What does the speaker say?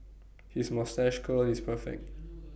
his moustache curl is perfect